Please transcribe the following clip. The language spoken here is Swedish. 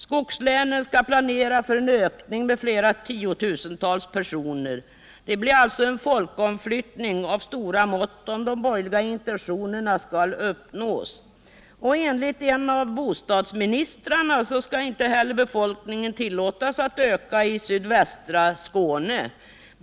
Skogslänen skall planera för en ökning med flera tiotusentals personer. Det blir alltså en folkomflyttning av stora mått, om de borgerliga intentionerna skall uppnås. Och enligt en av bostadsminist rarna skall inte heller befolkningen tillåtas att öka i sydvästra Skåne.